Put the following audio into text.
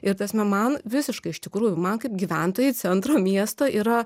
ir ta prasme man visiškai iš tikrųjų man kaip gyventojai centro miesto yra